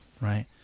Right